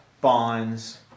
bonds